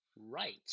right